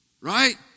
Right